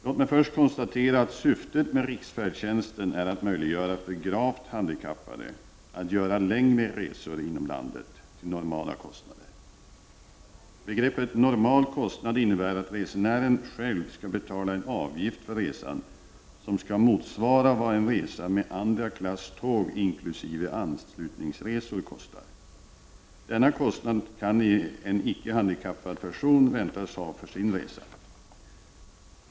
Låt mig först konstatera att syftet med riksfärdtjänsten är att möjliggöra för gravt handikappade att göra längre resor inom landet till normala kostnader. Begreppet ”normal kostnad” innebär att resenären själv skall betala en avgift för resan som skall motsvara vad en resa med andra klass tåg inkl. anslutningsresor kostar. Denna kostnad kan en icke handikappad person väntas ha för sin resa.